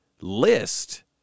list